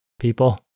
people